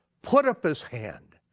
put up his hand,